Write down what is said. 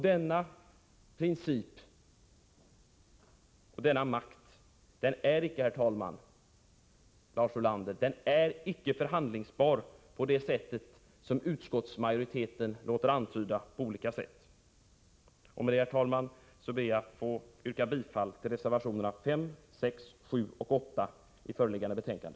Denna princip och denna makt är inte, Lars Ulander, förhandlingsbara på det sätt som utskottsmajoriteten låter antyda på olika sätt. Med det anförda ber jag, herr talman, att få yrka bifall till reservationerna 5, 7 och 8 i föreliggande betänkande.